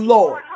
Lord